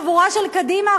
חבורה של קדימה,